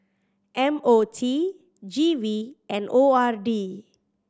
M O T G V and O R D